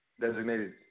Designated